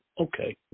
Okay